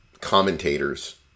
commentators